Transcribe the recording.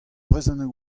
brezhoneg